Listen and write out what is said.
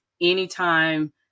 Anytime